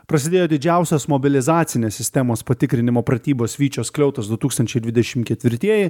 prasidėjo didžiausios mobilizacinės sistemos patikrinimo pratybos vyčio skliautas du tūkstančiai dvidešim ketvirtieji